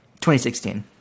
2016